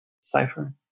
cipher